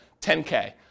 10K